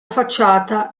facciata